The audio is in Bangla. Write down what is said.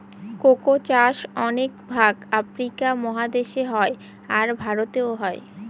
কোকো চাষ অনেক ভাগ আফ্রিকা মহাদেশে হয়, আর ভারতেও হয়